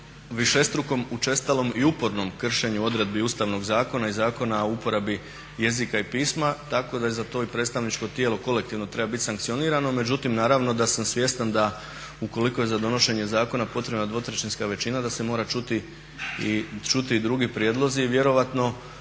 višestrukom, učestalom i upornom kršenju odredbi Ustavnog zakona i Zakona o uporabi jezika i pisma. Tako da za to i predstavničko tijelo kolektivno treba biti sankcionirano. Međutim, naravno da sam svjestan da ukoliko je za donošenje zakona potrebna dvotrećinska većina da se mora čuti i druge prijedloge i vjerojatno